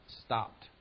stopped